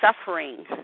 suffering